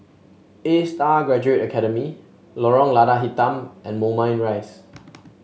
A Star Graduate Academy Lorong Lada Hitam and Moulmein Rise